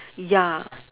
ya